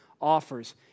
offers